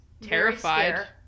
terrified